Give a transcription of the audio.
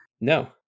No